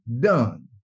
done